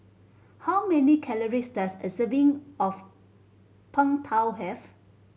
how many calories does a serving of Png Tao have